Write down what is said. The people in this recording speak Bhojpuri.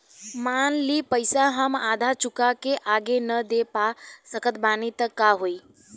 मान ली पईसा हम आधा चुका के आगे न दे पा सकत बानी त का होई?